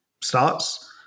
starts